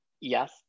Yes